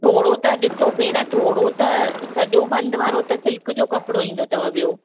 थोरो त ॾिसो भेण थोरो त सॼो बंदि वारो त सिल्क जो कपिड़ो ईंदो अथव ॿियो